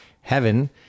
heaven